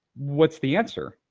what's the answer?